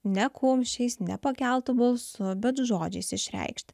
ne kumščiais ne pakeltu balsu bet žodžiais išreikšti